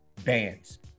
bands